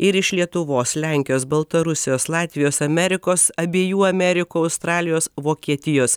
ir iš lietuvos lenkijos baltarusijos latvijos amerikos abiejų amerikų australijos vokietijos